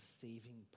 saving